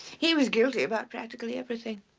he was guilty about practically everything.